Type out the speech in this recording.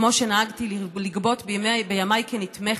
כפי שנהגתי לגבות בימיי כ"נתמכת".